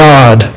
God